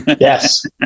Yes